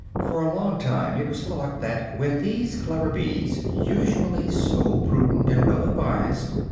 for a long time it was thought that when these clever bees, usually so prudent and well-advised,